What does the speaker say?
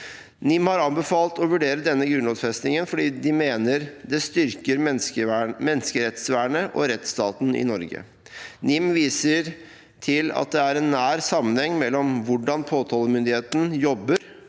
(NIM) har anbefalt å vurdere denne grunnlovfestingen, fordi de mener det styrker menneskerettsvernet og rettsstaten i Norge. NIM viser til at det er en nær sammenheng mellom hvordan påtalemyndigheten jobber